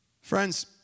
Friends